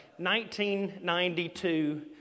1992